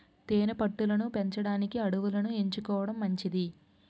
తేనె పట్టు లను పెంచడానికి అడవులను ఎంచుకోవడం మంచిది